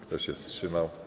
Kto się wstrzymał?